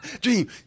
Dream